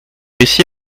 ici